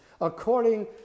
according